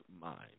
mind